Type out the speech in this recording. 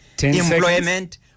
employment